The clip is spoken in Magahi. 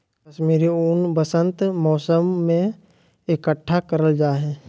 कश्मीरी ऊन वसंत मौसम में इकट्ठा करल जा हय